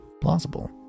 plausible